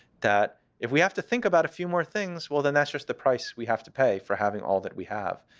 that if we have to think about a few more things, well, then that's just the price we have to pay for having all that we have.